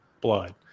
blood